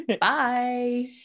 bye